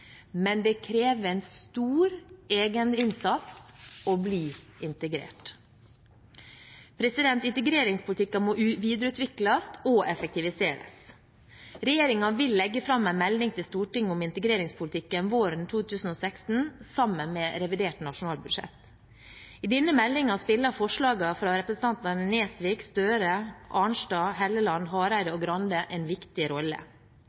men det krever en stor egeninnsats å bli integrert. Integreringspolitikken må videreutvikles og effektiviseres. Regjeringen vil legge fram en melding til Stortinget om integreringspolitikken våren 2016 sammen med revidert nasjonalbudsjett. I denne meldingen spiller forslagene fra representantene Nesvik, Gahr Støre, Arnstad, Helleland, Hareide og Skei Grande en viktig rolle.